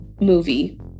movie